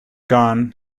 gone